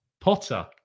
Potter